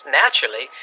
naturally